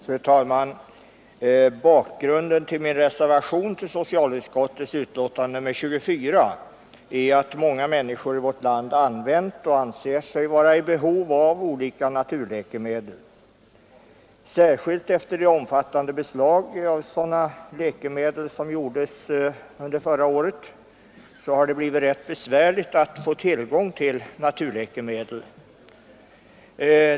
Fru talman! Bakgrunden till min reservation till socialutskottets betänkande nr 24 är att många människor i vårt land använt och anser sig vara i behov av olika naturläkemedel. Särskilt efter de omfattande beslag av sådana läkemedel som gjordes under förra året har det blivit rätt besvärligt att få tillgång till naturläkemedel.